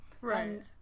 Right